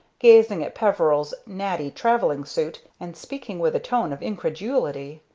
gazing at peveril's natty travelling-suit, and speaking with a tone of incredulity.